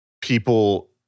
people